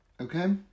Okay